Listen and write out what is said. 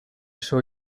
show